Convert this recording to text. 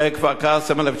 1956,